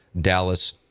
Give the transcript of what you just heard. Dallas